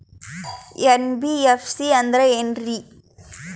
NBFC ಅಂದ್ರ ಏನ್ರೀ?